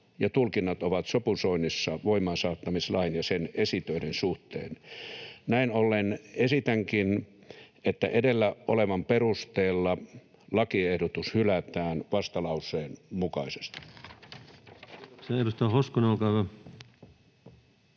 tulkinnat ovat sopusoinnissa voimaansaattamislain ja sen esitöiden suhteen. Näin ollen esitänkin, että edellä olevan perusteella lakiehdotus hylätään vastalauseen mukaisesti.